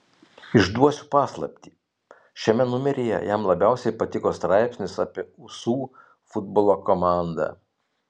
išduosiu paslaptį šiame numeryje jam labiausiai patiko straipsnis apie usų futbolo komandą